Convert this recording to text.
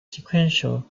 sequential